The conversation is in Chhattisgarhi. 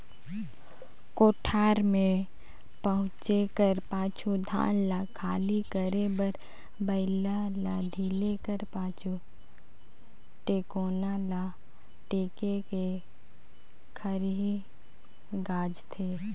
कोठार मे पहुचे कर पाछू धान ल खाली करे बर बइला ल ढिले कर पाछु, टेकोना ल टेक के खरही गाजथे